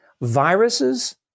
viruses